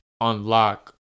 unlock